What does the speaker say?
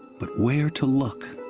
but where to look?